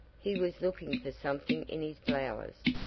he was looking for something in his blouse.